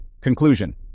Conclusion